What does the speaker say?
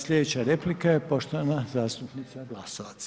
Slijedeća replika je poštovana zastupnica Glasovac.